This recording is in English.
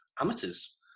amateurs